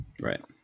Right